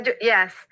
Yes